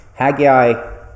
Haggai